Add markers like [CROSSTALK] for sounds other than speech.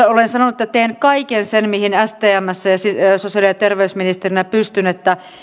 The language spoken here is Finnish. [UNINTELLIGIBLE] olen sanonut että teen kaiken sen mihin stmssä sosiaali ja terveysministerinä pystyn että